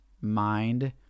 mind